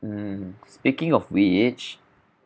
mmhmm speaking of which